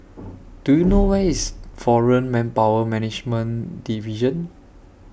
Do YOU know Where IS Foreign Manpower Management Division